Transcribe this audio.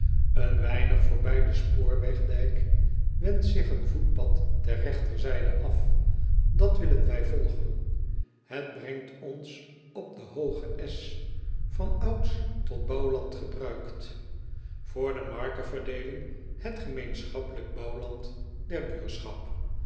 en weinig voorbij den spoorwegdijk wendt zich een voetpad ter regterzijde af at willen wij volgen het brengt ons op den hoogen esch van ouds tot bouwland gebruikt vr de markeverdeeling het gemeenschappelijk bouwland der buurschap